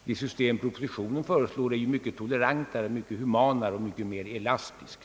Det system som propositionen föreslår är mycket tolerantare, humanare och mycket mera elastiskt.